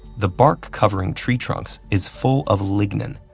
the bark covering tree trunks is full of lignin,